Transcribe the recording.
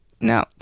No